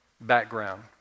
background